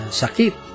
sakit